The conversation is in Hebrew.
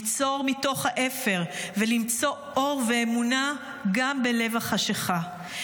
ליצור מתוך האפר ולמצוא אור ואמונה גם בלב החשכה.